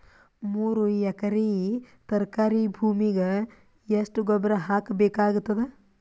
ಮೂರು ಎಕರಿ ತರಕಾರಿ ಭೂಮಿಗ ಎಷ್ಟ ಗೊಬ್ಬರ ಹಾಕ್ ಬೇಕಾಗತದ?